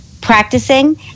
practicing